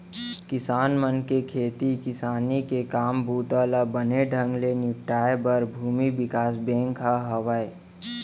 किसान मन के खेती किसानी के काम बूता ल बने ढंग ले निपटाए बर भूमि बिकास बेंक ह हावय